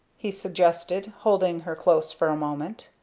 he suggested, holding her close for a moment.